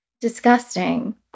disgusting